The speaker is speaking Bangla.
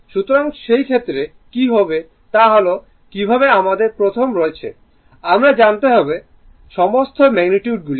সুতরাং সেই ক্ষেত্রে কী হবে তা হল কীভাবে আমাদের প্রথম রয়েছে আমাদের জানতে হবে সমস্ত ম্যাগনিটিউডগুলি